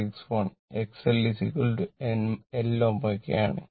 61 X L L ω ആണ്